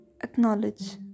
acknowledge